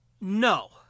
no